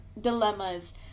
dilemmas